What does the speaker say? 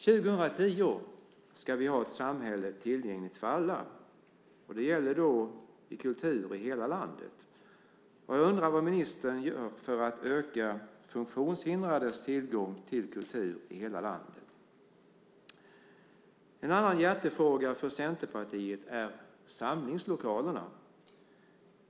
År 2010 ska vi ha ett samhälle som är tillgängligt för alla. Det gäller då kulturen i hela landet. Jag undrar vad ministern gör för att öka funktionshindrades tillgång till kultur i hela landet. En annan hjärtefråga för Centerpartiet är samlingslokalerna.